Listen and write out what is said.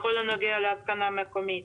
בכל הנוגע להתקנה מקומית,